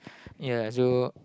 ya so